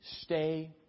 stay